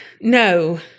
no